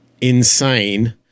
insane